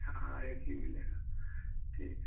हाँ एक ही मिलेगा ठीक है